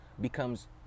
becomes